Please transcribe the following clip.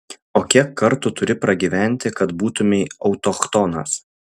o kiek kartų turi pragyventi kad būtumei autochtonas